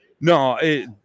No